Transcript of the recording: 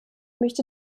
möchte